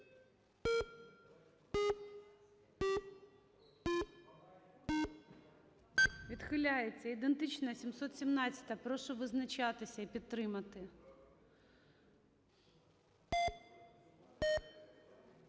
Відхиляється. Ідентична – 717-а. Прошу визначатися і підтримати.